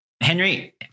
Henry